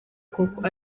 koko